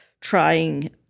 trying